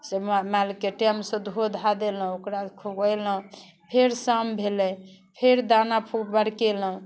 से मालके टाइमसँ धो धा देलहुँ ओकरा खुएलहुँ फेर शाम भेलै फेर दाना खूब बरकेलहुँ